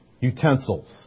utensils